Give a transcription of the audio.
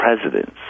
presidents